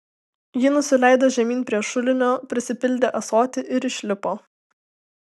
ji nusileido žemyn prie šulinio prisipildė ąsotį ir išlipo